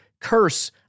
curse